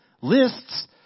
lists